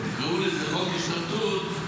ותקראו לזה "חוק השתמטות",